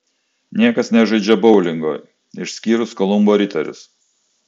niekas nežaidžia boulingo išskyrus kolumbo riterius